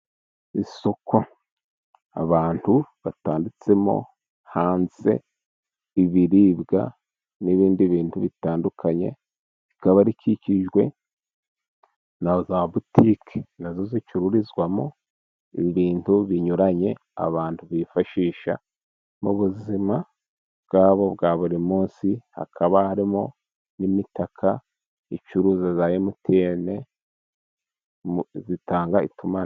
Isoko abantu batanditsemo hanze ibiribwa n'ibindi bintu bitandukanye, rikaba rikikijwe na za butike, nazo zicururizwamo ibintu binyuranye abantu bifashisha mu buzima bwabo bwa buri munsi. Hakaba harimo n'imitaka icuruza za emutiyene zitanga itumanaho.